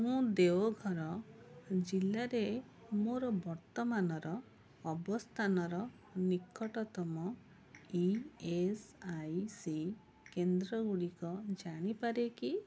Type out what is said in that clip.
ମୁଁ ଦେଓଘର ଜିଲ୍ଲାରେ ମୋର ବର୍ତ୍ତମାନର ଅବସ୍ଥାନର ନିକଟତମ ଇ ଏସ୍ ଆଇ ସି କେନ୍ଦ୍ରଗୁଡ଼ିକ ଜାଣିପାରେ କି